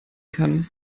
kann